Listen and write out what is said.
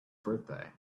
birthday